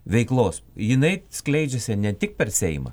veiklos jinai skleidžiasi ne tik per seimą